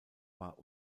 war